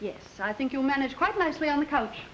s i think you manage quite nicely on the couch